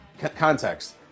context